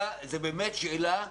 זאת שאלה שקיימת,